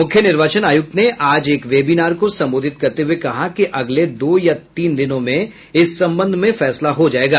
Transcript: मुख्य निर्वाचन आयुक्त ने आज एक वेबीनार को संबोधित करते हुये कहा कि अगले दो या तीन दिनों में इस संबंध में फैसला हो जायेगा